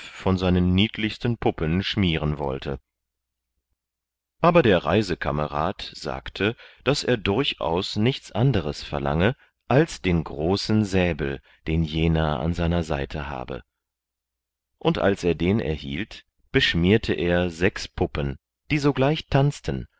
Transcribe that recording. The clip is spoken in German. von seinen niedlichsten puppen schmieren wollte aber der reisekamerad sagte daß er durchaus nichts anderes verlange als den großen säbel den jener an seiner seite habe und als er den erhielt beschmierte er sechs puppen die sogleich tanzten